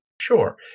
Sure